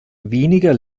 weniger